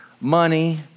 money